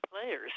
Players